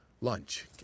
lunch